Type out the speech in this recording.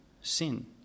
sin